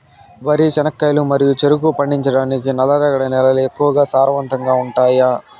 వరి, చెనక్కాయలు మరియు చెరుకు పండించటానికి నల్లరేగడి నేలలు ఎక్కువగా సారవంతంగా ఉంటాయా?